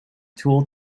tool